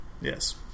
yes